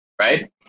right